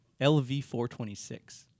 LV-426